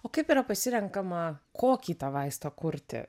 o kaip yra pasirenkama kokį tą vaistą kurti